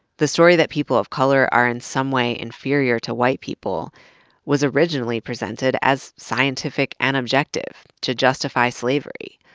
the story that people of color are in some way inferior to white people was originally presented as scientific and objective to justify slavery.